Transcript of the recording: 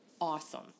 awesome